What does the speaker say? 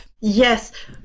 yes